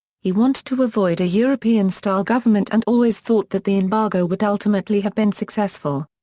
he wanted to avoid a european-style government and always thought that the embargo would ultimately have been successful.